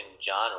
genre